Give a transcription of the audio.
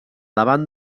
davant